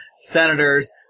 senators